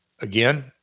again